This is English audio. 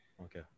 Okay